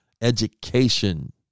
education